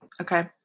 Okay